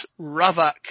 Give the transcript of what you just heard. ravak